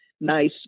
nice